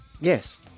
yes